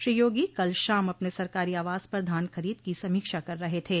श्री योगी कल शाम अपने सरकारी आवास पर धान खरीद की समीक्षा कर रहे थे